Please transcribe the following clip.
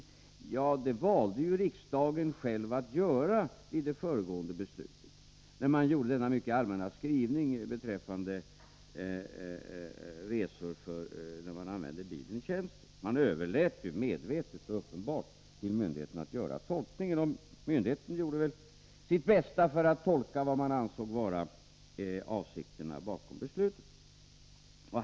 Den här vägen var det ju riksdagen själv som valde i det föregående beslutet, när man godtog denna mycket allmänna skrivning beträffande användning av bilen i tjänsten: man överlät medvetet och uppenbart till myndigheten att göra tolkningen. Myndigheten gjorde väl sitt bästa för att tolka vad man ansåg vara avsikterna bakom besluten.